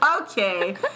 Okay